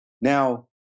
now